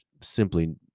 simply